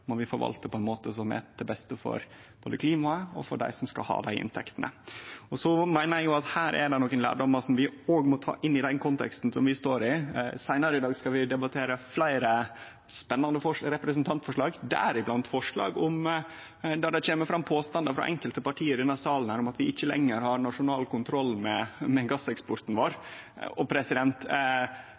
må vi forvalte på ein måte som er til beste for både klimaet og dei som skal ha dei inntektene. Vidare meiner eg at her er det nokre lærdomar vi òg må ta inn i den konteksten vi står i. Seinare i dag skal vi debattere fleire spennande representantforslag, m.a. forslag der det kjem fram påstandar frå enkelte parti i denne salen om at vi ikkje lenger har nasjonal kontroll med gasseksporten vår.